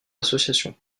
association